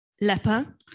leper